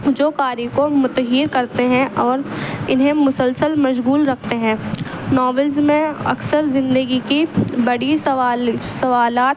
جو قاری کو متحیر کرتے ہیں اور انہیں مسلسل مشغول رکھتے ہیں ناولز میں اکثر زندگی کی بڑی سوالات